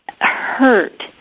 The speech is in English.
hurt